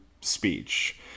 speech